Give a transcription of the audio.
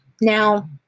Now